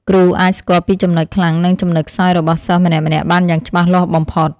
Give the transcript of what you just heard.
គ្រូអាចស្គាល់ពីចំណុចខ្លាំងនិងចំណុចខ្សោយរបស់សិស្សម្នាក់ៗបានយ៉ាងច្បាស់លាស់បំផុត។